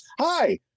hi